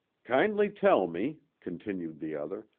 kindly tell me, continued the other,